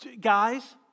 Guys